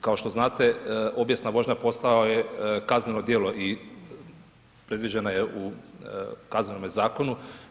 Kao što znate obijesna vožnja postala je kazneno djelo i predviđena je u Kaznenome zakonu.